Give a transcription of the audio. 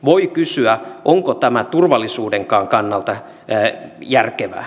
voi kysyä onko tämä turvallisuudenkaan kannalta järkevää